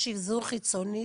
יש אבזור חיצוני,